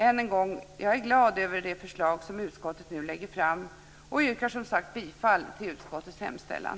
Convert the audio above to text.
Än en gång: Jag är glad över det förslag som utskottet nu lägger fram och yrkar bifall till utskottets hemställan.